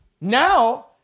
Now